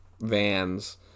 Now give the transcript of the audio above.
vans